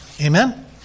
Amen